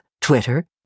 Twitter